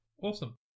awesome